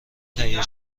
تهیه